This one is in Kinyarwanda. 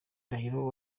ndahiro